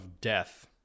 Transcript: death